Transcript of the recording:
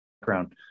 background